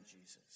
Jesus